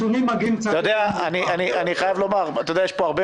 אני חייב לומר, יש כאן הרבה